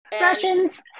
russians